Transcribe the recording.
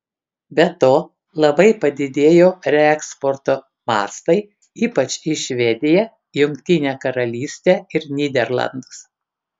be to labai padidėjo reeksporto mastai ypač į švediją jungtinę karalystę ir nyderlandus